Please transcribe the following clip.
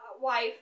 wife